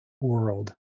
world